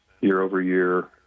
year-over-year